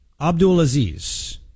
Abdulaziz